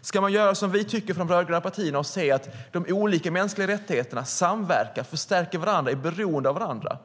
Ska vi göra som vi tycker från de rödgröna partierna och se att de olika mänskliga rättigheterna samverkar, förstärker varandra och är beroende av varandra?